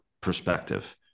perspective